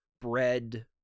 bread